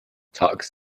tux